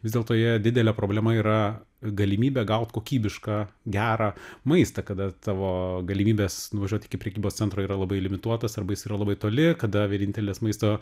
vis dėlto jie didelė problema yra galimybė gaut kokybišką gerą maistą kada tavo galimybės nuvažiuot iki prekybos centro yra labai limituotos arba jis yra labai toli kada vienintelis maisto